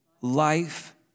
life